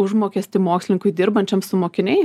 užmokestį mokslininkui dirbančiam su mokiniais